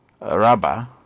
rubber